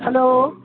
hello